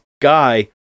guy